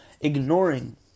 Ignoring